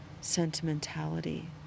sentimentality